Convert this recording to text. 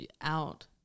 out